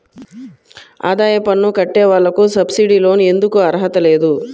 ఆదాయ పన్ను కట్టే వాళ్లకు సబ్సిడీ లోన్ ఎందుకు అర్హత లేదు?